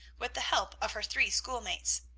with the help of her three schoolmates.